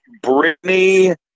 Britney